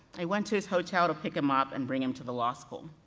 i went to his hotel to pick him up and bring him to the law school.